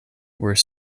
were